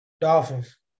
Dolphins